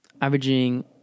averaging